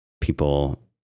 people